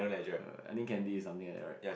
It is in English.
err I think Candy is something like that right